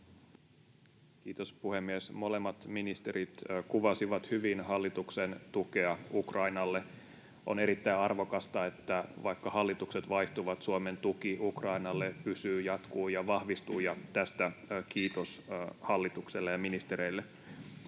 Kiitos, puhemies! Molemmat ministerit kuvasivat hyvin hallituksen tukea Ukrainalle. On erittäin arvokasta, että vaikka hallitukset vaihtuvat, Suomen tuki Ukrainalle pysyy, jatkuu ja vahvistuu, ja tästä kiitos hallitukselle ja ministereille.